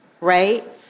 right